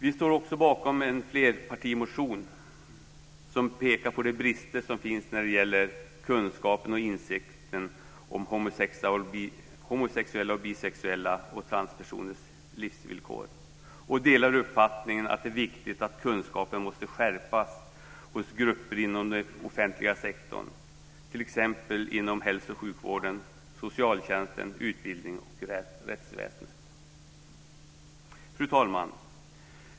Vi står också bakom en flerpartimotion där vi pekar på de brister som finns när det gäller kunskapen och insikten om homosexuellas, bisexuellas och transpersoners livsvillkor och delar uppfattningen att det är viktigt att kunskapen måste stärkas hos grupper inom den offentliga sektorn, t.ex. inom hälso och sjukvården, socialtjänsten, utbildningen och rättsväsendet. Fru talman!